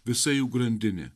visa jų grandinė